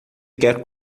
quer